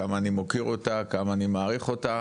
כמה אני מוקיר אותה וכמה אני מעריך אותה.